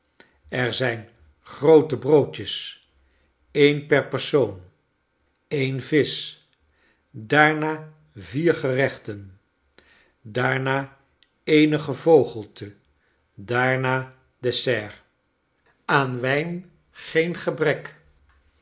er zijn groote broodjes een per persoon een visch daarna vier gerechten daarna eenig gevogelte daarna dessert en wijn geen gebrek